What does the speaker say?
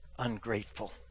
ungrateful